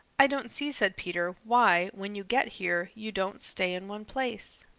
i don't see, said peter, why, when you get here, you don't stay in one place.